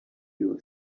you